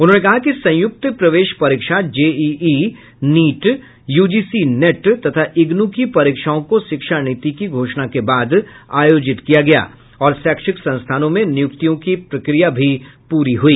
उन्होंने कहा कि संयुक्त प्रवेश परीक्षा जेईई नीट यूजीसी नेट तथा इग्नू की परीक्षाओं को शिक्षा नीति की घोषणा के बाद आयोजित किया गया और शैक्षिक संस्थानों में नियुक्तियों की प्रक्रिया भी पूरी हुई